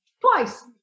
Twice